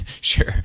Sure